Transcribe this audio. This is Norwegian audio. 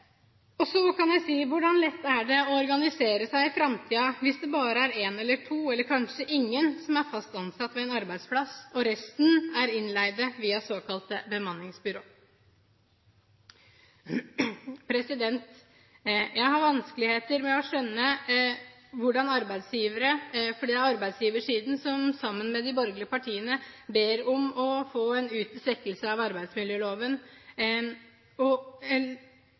nei. Så kan jeg spørre: Hvor lett er det å organisere seg i framtiden hvis det bare er én eller to eller kanskje ingen som er fast ansatt ved en arbeidsplass, og resten er innleide via såkalte bemanningsbyråer? Jeg har vanskeligheter med å skjønne hvordan arbeidsgivere – for det er arbeidsgiversiden som sammen med de borgerlige partiene ber om en svekkelse av arbeidsmiljøloven